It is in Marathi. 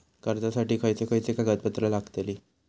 कर्जासाठी खयचे खयचे कागदपत्रा लागतली?